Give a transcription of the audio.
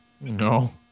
No